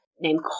named